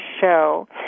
show